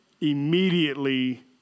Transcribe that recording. immediately